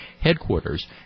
headquarters